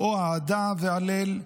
או אהדה והלל,